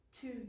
two